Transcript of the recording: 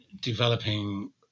developing